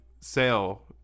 sale